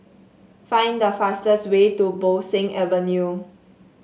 find the fastest way to Bo Seng Avenue